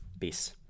Peace